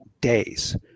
days